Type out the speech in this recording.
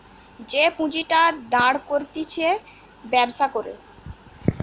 যে পুঁজিটা দাঁড় করতিছে ব্যবসা করে